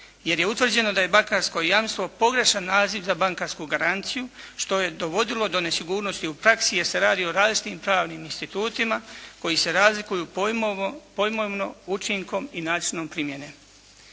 jer je utvrđeno da je bankarsko jamstvo pogrešan naziv za bankarsku garanciju što je dovodilo do nesigurnosti u praksi jer se radi o različitim pravnim institutima koji se razlikuju pojmovno učinkom i načinom primjene.